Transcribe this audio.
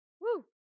Woo